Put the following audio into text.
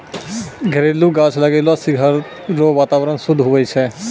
घरेलू गाछ लगैलो से घर रो वातावरण शुद्ध हुवै छै